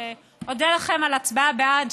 אודה לכם על ההצבעה בעד,